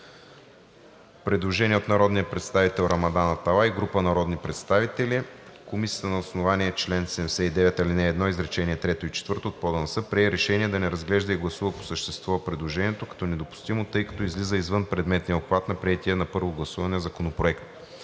Предложение от народния представител Рамадан Аталай и група народни представители. Комисията на основание чл. 79, ал. 1, изречение трето и четвърто от ПОДНС прие решение да не разглежда и гласува по същество предложението като недопустимо, тъй като то излиза извън предметния обхват на приетия на първо гласуване законопроект.